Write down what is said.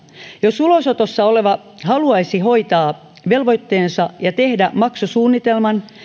jos ulosotossa oleva haluaisi hoitaa velvoitteensa ja tehdä maksusuunnitelman